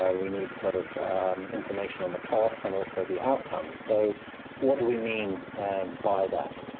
ah we need sort of information on the costs and also the outcomes. so what do we mean by that?